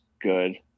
good